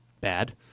bad